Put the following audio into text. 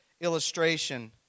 illustration